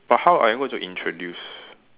but how are you going to introduce